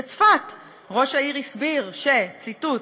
בצפת ראש העיר הסביר, ציטוט,